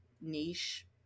niche